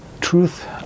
truth